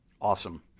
Awesome